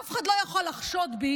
אף אחד לא יכול לחשוד בי